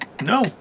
No